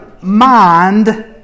mind